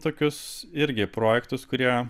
tokius irgi projektus kurie